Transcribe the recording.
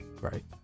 Right